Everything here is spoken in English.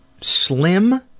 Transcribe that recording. slim